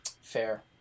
fair